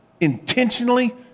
Intentionally